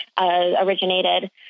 originated